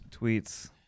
tweets